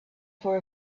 for